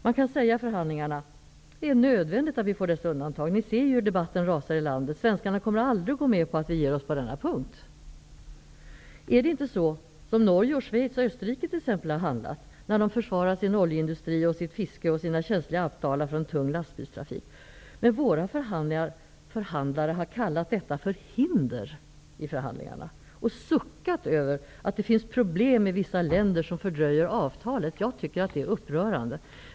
Man kan då säga i förhandlingarna att det är nödvändigt att vi får vissa undantag, ni ser hur debatten rasar, svenskarna kommer aldrig att gå med på att vi ger oss på denna punkt. Är det inte så som exempelvis Norge, Schweiz och Österrike har handlat för att försvara sin oljeindustri och sitt fiske och för att skydda sina känsliga alpdalar från tung lastbilstrafik? Våra förhandlare har kallat detta för hinder i förhandlingarna, och suckat över att det finns problem med vissa länder som fördröjer avtalet. Jag tycker att det är upprörande.